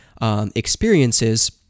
experiences